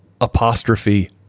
apostrophe